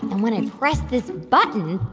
and when i press this button,